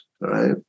right